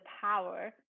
power